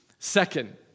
Second